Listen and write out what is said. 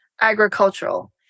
agricultural